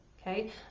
Okay